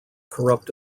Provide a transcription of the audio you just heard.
corrupt